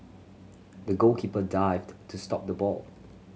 the goalkeeper dived to stop the ball